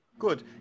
Good